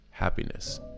Happiness